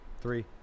Three